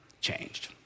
changed